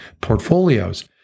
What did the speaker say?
portfolios